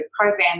program